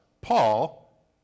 Paul